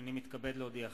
הנני מתכבד להודיעכם,